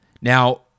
Now